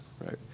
right